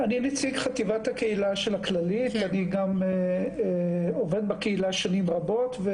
אני נציג חטיבת הקהילה של הכללית ואני גם עובד בקהילה שנים רבות.